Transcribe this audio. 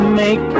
make